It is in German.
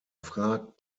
fragt